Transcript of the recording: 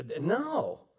No